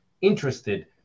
interested